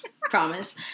promise